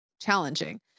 challenging